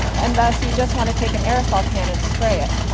and thus you just want to take an aerosol can and spray it.